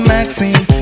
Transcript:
Maxine